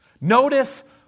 Notice